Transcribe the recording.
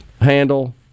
handle